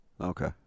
okay